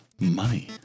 Money